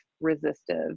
resistive